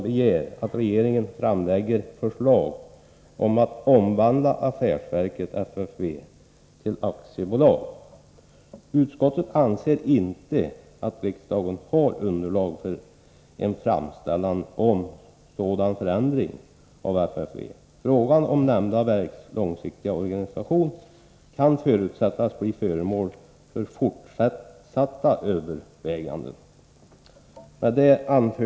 Utskottsmajoriteten anser inte att riksdagen har underlag för en framställan om en sådan förändring av FFV. Frågan om nämnda verks långsiktiga organisation kan förutsättas bli föremål för fortsatta överväganden.